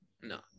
no